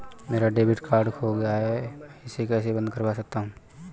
मेरा debit card खो गया है मैं इसे कैसे बंद करवा सकता हूँ?